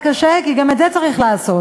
כדי להגיע למצב, אנחנו לא צריכים להטיל מסים.